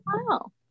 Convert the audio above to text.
wow